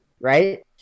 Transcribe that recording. right